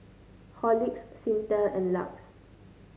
Horlicks Singtel and Lux